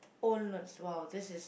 old as well this is